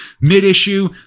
Mid-issue